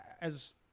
as-